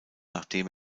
nachdem